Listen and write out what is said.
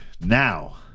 now